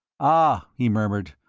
ah, he murmured,